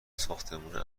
ساختمونه